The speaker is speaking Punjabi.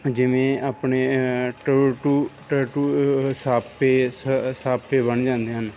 ਜਿਵੇਂ ਆਪਣੇ ਟੂ ਸਾਪੇ ਸ ਸਾਪੇ ਬਣ ਜਾਂਦੇ ਹਨ